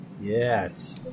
Yes